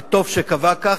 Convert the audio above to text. וטוב שקבע כך.